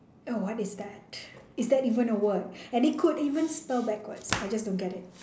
oh what is that is that even a word and they could even spell backwards I just don't get it